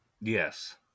yes